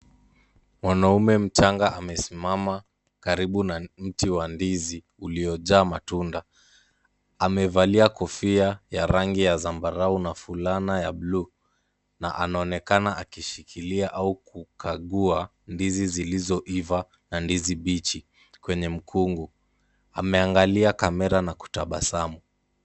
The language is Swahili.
Wanaume mchanga amesimama, karibu na mti wa ndizi uliojaa matunda, amevalia kofia ya rangi ya zambarau na fulana ya bluu, na anaonekana akishikilia au kukagua ndizi zilizoiva na ndizi biji, kwenye mkungu, ameangalia kamera na kutabasamu.